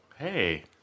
Hey